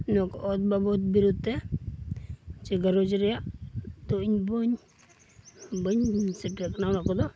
ᱱᱚᱣᱟᱠᱚ ᱚᱛ ᱵᱟᱵᱚᱫ ᱵᱤᱨᱩᱫᱷᱨᱮ ᱪᱮ ᱜᱷᱟᱨᱚᱸᱡᱽ ᱨᱮᱭᱟᱜ ᱛᱚ ᱤᱧ ᱵᱟᱹᱧ ᱵᱟᱹᱧ ᱥᱮᱴᱮᱨ ᱟᱠᱟᱱᱟ ᱚᱱᱟ ᱠᱚᱫᱚ